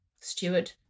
steward